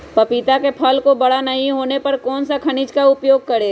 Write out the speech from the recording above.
पपीता के फल को बड़ा नहीं होने पर कौन सा खनिज का उपयोग करें?